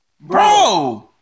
bro